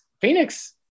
Phoenix